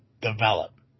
develop